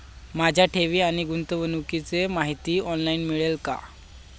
माझ्या ठेवी आणि गुंतवणुकीची माहिती ऑनलाइन मिळेल का?